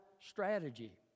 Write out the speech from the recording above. strategy